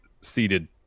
seated